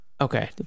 Okay